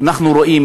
אנחנו רואים,